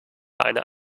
eine